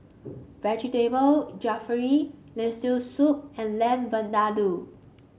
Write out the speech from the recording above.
Vegetable Jalfrezi Lentil Soup and Lamb Vindaloo